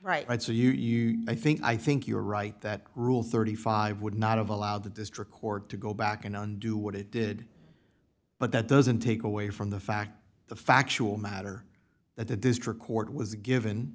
right and so you i think i think you're right that rule thirty five would not have allowed the district court to go back and undo what it did but that doesn't take away from the fact the factual matter that the district court was given